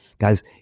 Guys